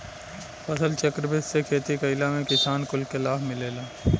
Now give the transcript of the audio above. फसलचक्र विधि से खेती कईला में किसान कुल के लाभ मिलेला